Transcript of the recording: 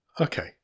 Okay